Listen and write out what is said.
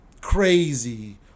crazy